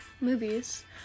movies